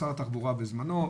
שר התחבורה בזמנו,